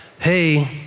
Hey